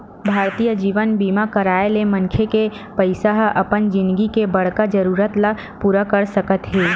भारतीय जीवन बीमा कराय ले मनखे के पइसा ह अपन जिनगी के बड़का जरूरत ल पूरा कर सकत हे